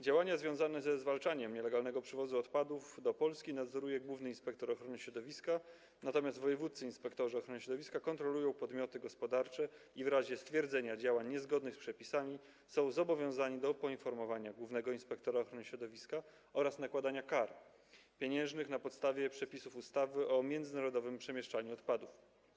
Działania związane ze zwalczaniem nielegalnego przywozu odpadów do Polski nadzoruje główny inspektor ochrony środowiska, natomiast wojewódzcy inspektorzy ochrony środowiska kontrolują podmioty gospodarcze i w razie stwierdzenia działań niezgodnych z przepisami są zobowiązani do poinformowania głównego inspektora ochrony środowiska oraz nakładania kar pieniężnych na podstawie przepisów ustawy o międzynarodowym przemieszczaniu odpadów.